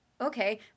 okay